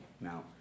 Now